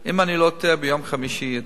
אם אני לא טועה ביום חמישי,